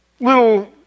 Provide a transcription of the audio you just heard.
little